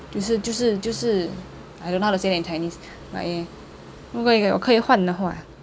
就是就是就是 I don't know how to say that in chinese but yeah 如果我可以换的话